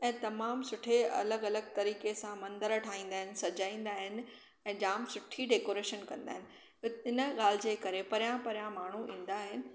ऐं तमामु सुठे अलॻि अलॻि तरीक़े सां मंदरु ठाहींदा आहिनि सजाईंदा आहिनि ऐं जामु सुठी डैकोरेशन कंदा आहिनि इन ॻाल्हि जे करे परियां परियां माण्हू ईंदा आहिनि